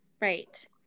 Right